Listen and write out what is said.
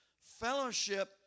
fellowship